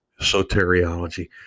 soteriology